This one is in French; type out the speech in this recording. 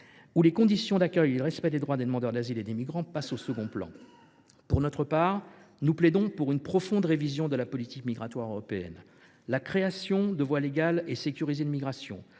où les conditions d’accueil et le respect des droits des demandeurs d’asile et des migrants passent au second plan. Pour notre part, nous plaidons pour une profonde révision de la politique migratoire européenne. Nous défendons la création de voies légales et sécurisées de migration,